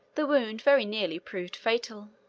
the wound very nearly proved fatal.